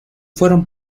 fueron